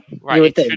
Right